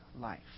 life